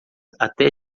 até